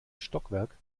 stockwerk